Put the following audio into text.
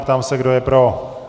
Ptám se, kdo je pro.